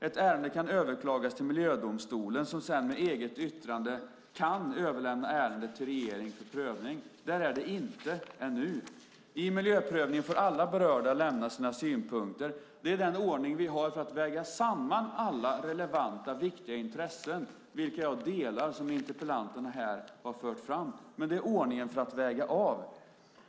Ett ärende kan överklagas till miljödomstolen som sedan med eget yttrande kan överlämna ärendet till regeringen för prövning. Där är det inte ännu. I miljöprövningen får alla berörda lämna sina synpunkter. Det är den ordning vi har för att väga samman alla relevanta och viktiga intressen som interpellanterna här har fört fram och vilka jag delar. Men detta är ordningen för att väga av.